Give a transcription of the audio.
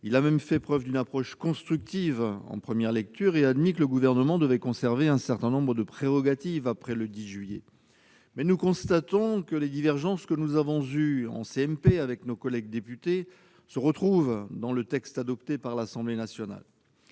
il a même fait preuve d'une approche constructive en première lecture et admis que le Gouvernement devrait conserver un certain nombre de prérogatives après le 10 juillet. Toutefois, nous constatons que les divergences que nous avons eues, en commission mixte paritaire, avec nos collègues députés se retrouvent dans le texte adopté par l'Assemblée nationale.